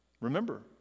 Remember